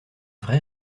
vrai